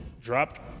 dropped